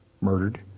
murdered